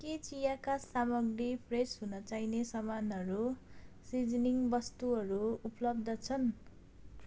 के चियाका सामाग्री फ्रेस हुन चाहिने सामानहरू सिजनिङ वस्तुहरू उपलब्ध छन्